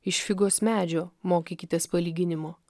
iš figos medžio mokykitės palyginimo